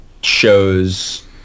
shows